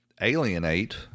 alienate